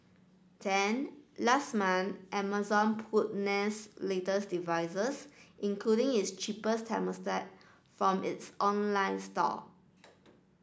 then last month Amazon pulled Nest's latest devices including its cheaper thermostat from its online store